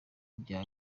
bya